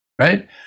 right